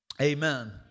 Amen